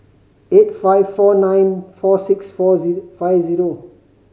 eight five four nine four six four five zero